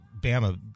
Bama